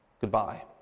Goodbye